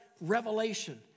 revelation